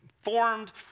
formed